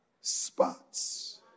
spots